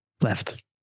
left